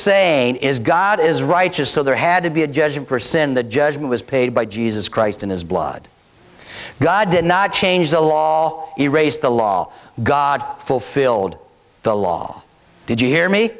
saying is god is righteous so there had to be a judgement percent the judgment was paid by jesus christ in his blood god did not change the law all erase the law god fulfilled the law did you hear me